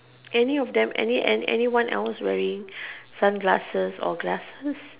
any of them any any anyone else wearing glasses or sunglasses